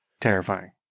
Terrifying